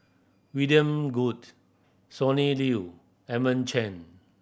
William Goode Sonny Liew Edmund Chen